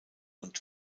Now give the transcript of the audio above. und